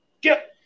get